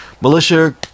Militia